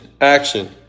action